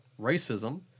racism